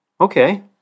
Okay